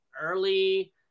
early